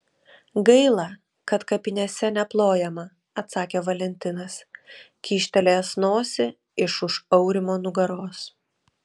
gaila kad kapinėse neplojama atsakė valentinas kyštelėjęs nosį iš už aurimo nugaros